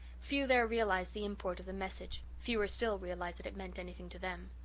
few there realized the import of the message fewer still realized that it meant anything to them.